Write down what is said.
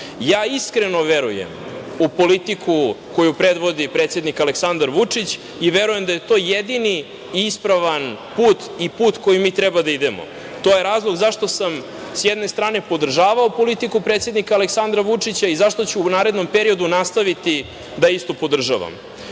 Ja iskreno verujem u politiku koju predvodi predsednik Aleksandar Vučić i verujem da je to jedini i ispravan put i put kojim mi treba da idemo. To je razlog zašto sam s jedne strane podržavao politiku predsednika Aleksandra Vučića i zašto ću u narednom periodu nastaviti da istu podržavam. Koristim